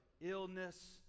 illness